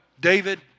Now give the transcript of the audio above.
David